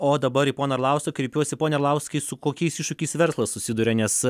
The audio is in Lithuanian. o dabar į poną arlauską kreipiuosi pone arlauskai su kokiais iššūkiais verslas susiduria nes